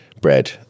bread